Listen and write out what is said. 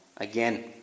Again